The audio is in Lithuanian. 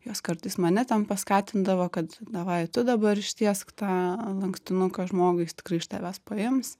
jos kartais mane ten paskatindavo kad davai tu dabar ištiesk tą lankstinuką žmogui jis tikrai iš tavęs paims